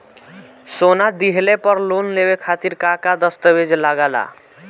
सोना दिहले पर लोन लेवे खातिर का का दस्तावेज लागा ता?